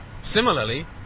Similarly